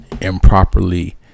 improperly